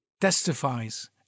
testifies